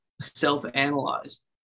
self-analyzed